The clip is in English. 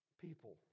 people